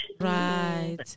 Right